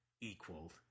equal